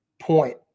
point